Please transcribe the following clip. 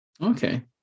okay